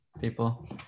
people